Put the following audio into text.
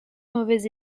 mauvais